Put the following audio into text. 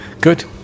Good